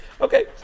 Okay